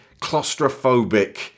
claustrophobic